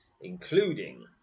including